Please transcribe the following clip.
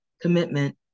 commitment